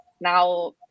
now